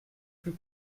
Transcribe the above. plus